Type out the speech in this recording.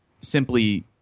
simply